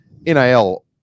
NIL